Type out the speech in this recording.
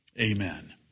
Amen